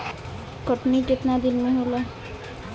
कटनी केतना दिन में होला?